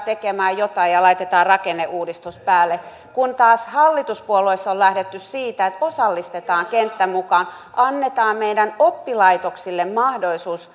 tekemään jotain ja laitetaan rakenneuudistus päälle kun taas hallituspuolueissa on lähdetty siitä että osallistetaan kenttä mukaan annetaan meidän oppilaitoksille mahdollisuus